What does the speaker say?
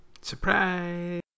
Surprise